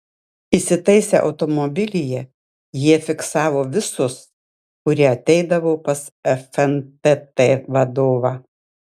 įsitaisę automobilyje jie fiksavo visus kurie ateidavo pas fntt vadovą